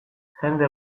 jende